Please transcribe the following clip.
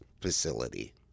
facility